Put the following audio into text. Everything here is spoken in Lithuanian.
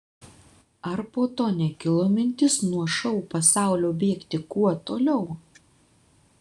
ar po to nekilo mintis nuo šou pasaulio bėgti kuo toliau